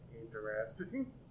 Interesting